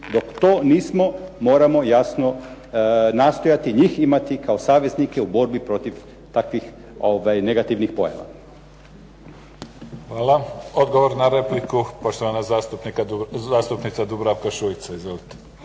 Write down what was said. Dok to nismo, moramo jasno nastojati njih imati kao saveznike u borbi protiv takvih negativnih pojava. **Mimica, Neven (SDP)** hvala. Odgovor na repliku, poštovana zastupnica Dubravka Šuica.